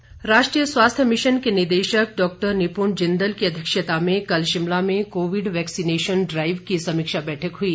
बैठक राष्ट्रीय स्वास्थ्य मिशन के निदेशक डॉक्टर निपुण जिन्दल की अध्यक्षता में कल शिमला में कोविड वैक्सिनेशन ड्राईव की समीक्षा बैठक हुई